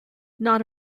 not